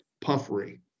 Puffery